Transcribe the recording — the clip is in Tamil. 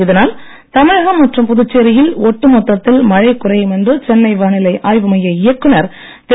இதனால் தமிழகம் மற்றும் புதுச்சேரியில் ஒட்டு மொத்தத்தில் மழை குறையும் என்று சென்னை வானிலை ஆய்வு மைய இயக்குனர் திரு